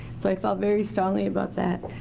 so i felt very strongly about that.